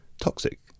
toxic